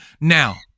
Now